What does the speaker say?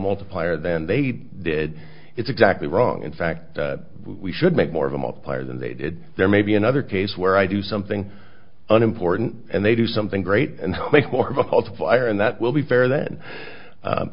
multiplier than they did it's exactly wrong in fact we should make more of a multiplier that there may be another case where i do something unimportant and they do something great and make more of a multiplier and that will be fair then